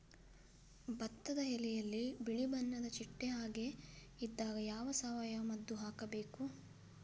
ಭತ್ತದ ಎಲೆಯಲ್ಲಿ ಬಿಳಿ ಬಣ್ಣದ ಚಿಟ್ಟೆ ಹಾಗೆ ಇದ್ದಾಗ ಯಾವ ಸಾವಯವ ಮದ್ದು ಹಾಕಬೇಕು?